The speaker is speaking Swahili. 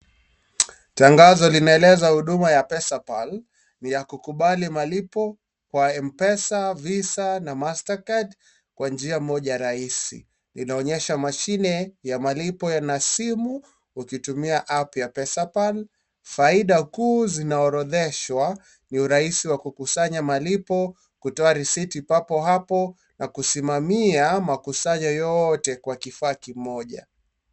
Tangazo linaeleza huduma ya Pesapal ni ya kukubali malipo kwa M-Pesa, Visa na Mastercard kwa njia moja rahisi. Inaonyesha mashine ya malipo ya simu ukitumia App ya Pesapal. Faida kuu zinaorodheshwa: ni rahisi kwa kukusanya malipo, kutoa risiti papo hapo na kusimamia makusanyo yote kwa kifaa kimoja.